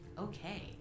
Okay